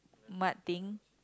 mud thing